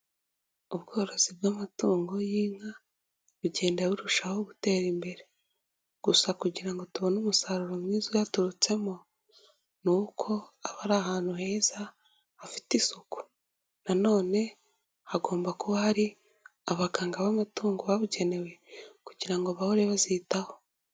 Ubworozi bw'amatungo y'inka, bugenda burushaho gutera imbere, gusa kugira ngo tubone umusaruro mwiza uyaturutsemo n'uko aba ari ahantu heza, hafite isuku, nanone hagomba kuba hari abaganga b'amatungo babugenewe kugira ngo bahore bazitaho.